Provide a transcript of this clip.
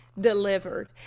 delivered